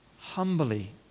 humbly